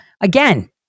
again